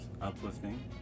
uplifting